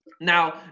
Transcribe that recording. now